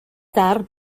tard